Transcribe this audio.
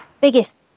biggest